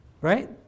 Right